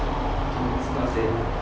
okay its not then